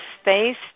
space